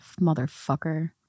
Motherfucker